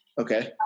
Okay